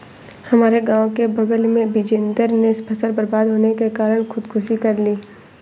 हमारे गांव के बगल में बिजेंदर ने फसल बर्बाद होने के कारण खुदकुशी कर ली